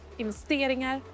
investeringar